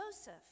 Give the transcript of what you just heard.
Joseph